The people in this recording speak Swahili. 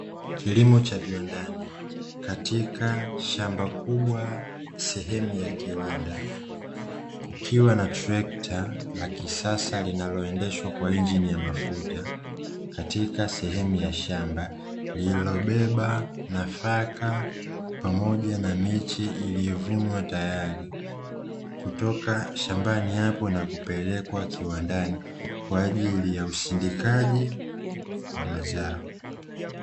Kilimo cha viwandani katika shamba kubwa; sehemu ya kiwanda kukiwa na trekta la kisasa linaloendeshwa kwa injini ya mafuta katika sehemu ya shamba, lililobeba nafaka pamoja na miche iliyovunwa tayari kutoka shambani hapo na kupelekwa kiwandani kwa ajili ya usindikaji wa mazao.